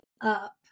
up